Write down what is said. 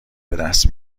بدست